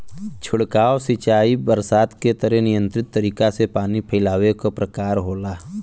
छिड़काव सिंचाई बरसात के तरे नियंत्रित तरीका से पानी फैलावे क प्रकार होला